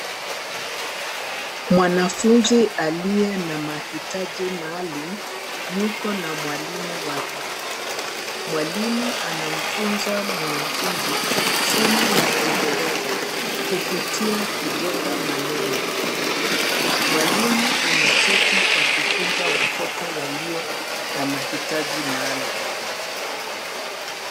Mwanafunzi aliye na mahitaji maalum yuko na mwalimu wake. Mwalimu anamfunza mwanafunzi somo la Kiingereza kupitia kujenga maneno. Mwalimu ana cheti cha kufunza watoto walio na mahitaji maalum.